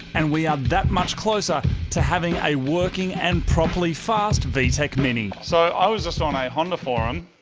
and we are that much closer to having a working and properly fast vtec mini so i was just on a honda forum,